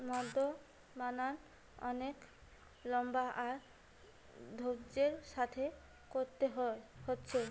মদ বানানার অনেক লম্বা আর ধৈর্য্যের সাথে কোরতে হচ্ছে